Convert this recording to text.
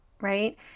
right